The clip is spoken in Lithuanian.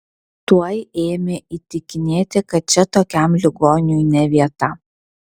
tuoj ėmė įtikinėti kad čia tokiam ligoniui ne vieta